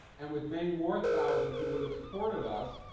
and with many more thousands who would have supported us,